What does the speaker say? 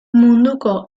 munduko